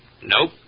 Nope